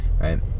right